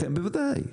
בוודאי.